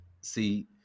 See